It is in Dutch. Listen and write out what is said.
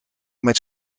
met